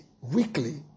weekly